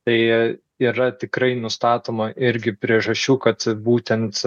tai yra tikrai nustatoma irgi priežasčių kad būtent